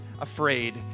afraid